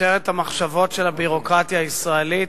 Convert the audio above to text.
משטרת המחשבות של הביורוקרטיה הישראלית.